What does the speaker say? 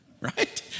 right